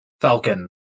Falcon